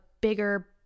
bigger